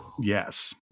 Yes